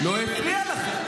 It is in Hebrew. תן לעצמך נזיפה,